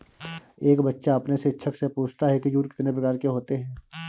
एक बच्चा अपने शिक्षक से पूछता है कि जूट कितने प्रकार के होते हैं?